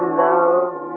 love